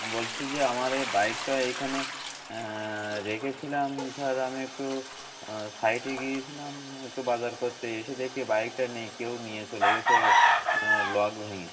বলছি যে আমার এ বাইকটা এইখানে রেখেছিলাম স্যার আমি একটু সাইডে গিয়েছিলাম একটু বাজার করতে এসে দেখি বাইকটা নেই কেউ নিয়ে চলে গেছে ও লক ভেঙে